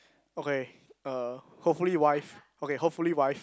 okay er hopefully wife okay hopefully wife